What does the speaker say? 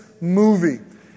movie